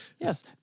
yes